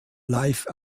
live